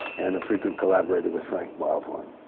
and a frequent collaborator with frank wildhorn.